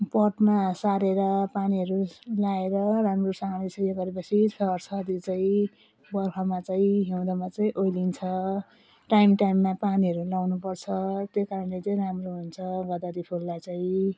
पटमा सारेर पानीहरू लगाएर राम्रोसँगले स्याहार गरे पछि सर्छ त्यो चाहिँ बर्खामा चाहिँ हिउँदमा चाहिँ ओइलिन्छ टाइम टाइममा पानीहरू लगाउनु पर्छ त्यो कारणले चाहिँ राम्रो हुन्छ गोदावरी फुललाई चाहिँ